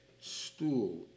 stool